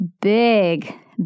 big